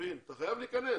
אתה חייב להיכנס.